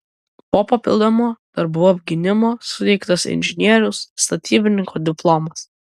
po papildomo darbų apgynimo suteiktas inžinieriaus statybininko diplomas